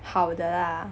好的 lah